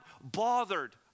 bothered